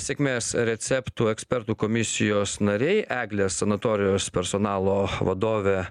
sėkmės receptų ekspertų komisijos nariai eglės sanatorijos personalo vadovė